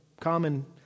common